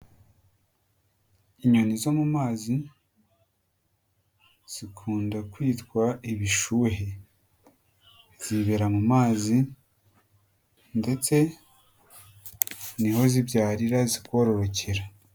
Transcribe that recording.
Inyoni zo mu mazi zikunda kwitwa ibishuhe. Zibera mu mazi ndetse ni ho zibyarira zikororokera.